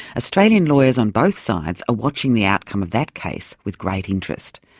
australian lawyers on both sides are watching the outcome of that case with great interest.